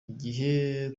igihe